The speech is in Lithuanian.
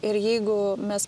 ir jeigu mes